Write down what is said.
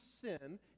sin